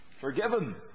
Forgiven